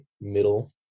middle